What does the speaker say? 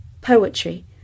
poetry